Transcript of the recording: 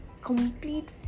complete